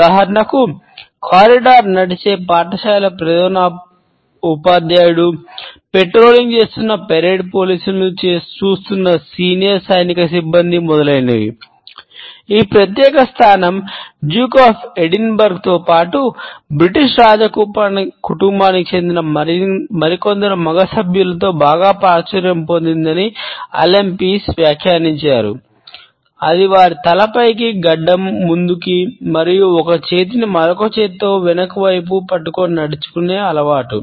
ఉదాహరణకు కారిడార్లలో మరియు ఒక చేతిని మరొక చేతితో వెనుక వైపు పట్టుకొని నడుచుకునే అలవాటు